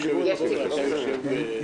יש, יש.